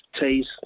taste